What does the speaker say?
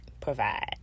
provide